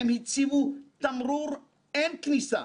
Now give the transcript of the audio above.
הם הציבו תמרור "אין כניסה"